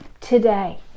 today